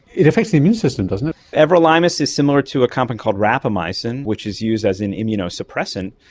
it affects the immune system, doesn't it? everolimus is similar to a compound called rapamycin which is used as an immunosuppressant,